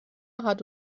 hat